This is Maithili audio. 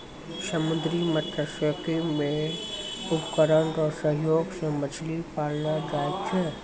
समुन्द्री मत्स्यिकी मे उपकरण रो सहयोग से मछली पाललो जाय छै